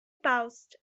paused